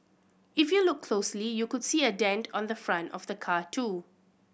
if you look closely you could see a dent on the front of the car too